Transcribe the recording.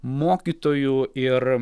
mokytojų ir